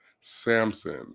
Samson